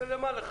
אז למה לך?